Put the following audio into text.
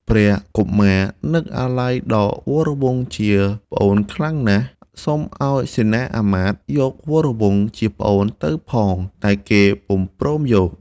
ព្រះកុមារ នឹកអាល័យដល់វរវង្សជាប្អូនខ្លាំងណាស់ សុំឲ្យសេនាមាត្យយកវរវង្សជាប្អូនទៅផង តែគេពុំព្រមយក។